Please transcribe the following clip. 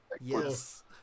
Yes